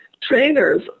trainers